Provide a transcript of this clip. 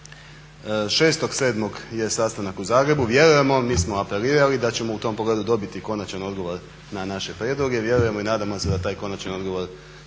6.7.je sastanak u Zagrebu, vjerujemo, mi smo apelirali da ćemo u tom pogledu dobiti konačan odgovor na naše prijedloge. Vjerujemo i nadamo se da taj konačan odgovor